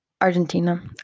Argentina